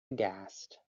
aghast